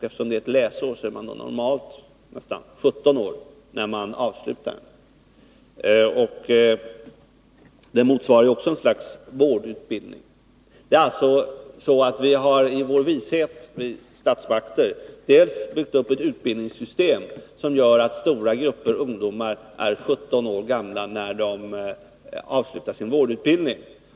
Eftersom den varar ett läsår är man normalt 17 år när man avslutar den. Den kan också vara ett slags vårdutbildning. Vi har alltså i vår vishet byggt upp ett utbildningssystem som gör att stora grupper ungdomar är 17 år gamla när de avslutar sin vårdutbildning.